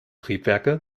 triebwerke